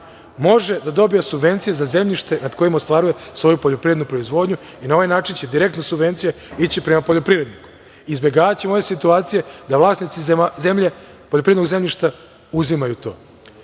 može da dobije subvencije za zemljište nad kojim ostvaruje svoju poljoprivrednu proizvodnju i na ovaj način će direktne subvencije ići prema poljoprivredi. Izbegavaćemo ove situacije da vlasnici zemlje, poljoprivrednog zemljišta uzimaju